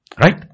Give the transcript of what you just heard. Right